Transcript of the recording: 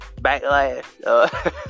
backlash